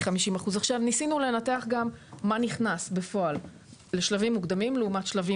ניסינו לנתח גם מה נכנס בפועל לשלבים מוקדמים לעומת שלבים